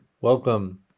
welcome